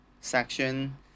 section